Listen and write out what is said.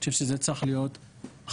אני חושב שזה צריך להיות חזון,